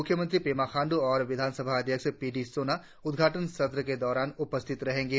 मुख्यमंत्री पेमा खांडू और विधानसभा अध्यक्ष पी डी सोना उद्घाटन सत्र के दौरान उपस्थित रहेंगे